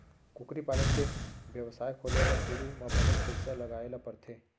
कुकरी पालन के बेवसाय खोले बर सुरू म बनेच पइसा लगाए ल परथे